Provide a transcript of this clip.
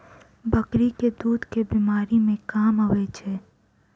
बकरी केँ दुध केँ बीमारी मे काम आबै छै?